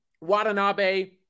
Watanabe